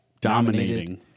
dominating